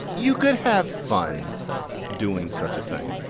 you could have fun doing such a thing.